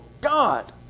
God